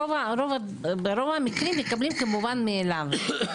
ברוב המקרים מקבלים כמובן מאליו.